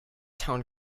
town